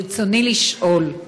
ברצוני לשאול: